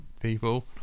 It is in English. people